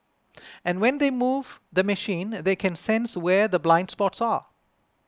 and when they move the machine they can sense where the blind spots are